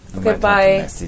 Goodbye